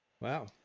Wow